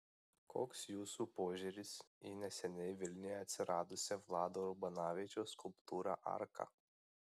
koks jūsų požiūris į neseniai vilniuje atsiradusią vlado urbanavičiaus skulptūrą arka